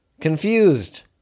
confused